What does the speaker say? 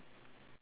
why